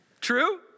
True